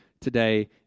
today